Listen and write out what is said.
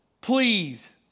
Please